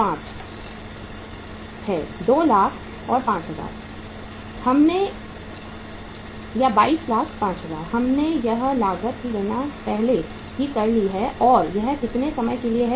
22 लाख और 5000 2205000 हमने इस लागत की गणना पहले ही कर ली है और यह कितने समय के लिए है